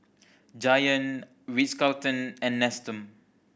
Giant Ritz Carlton and Nestum